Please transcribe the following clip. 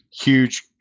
huge